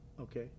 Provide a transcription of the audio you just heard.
okay